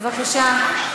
בבקשה,